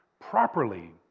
properly